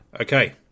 okay